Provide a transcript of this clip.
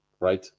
right